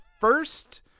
first